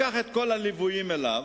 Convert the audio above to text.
הוא לקח את כל הליוויים עליו,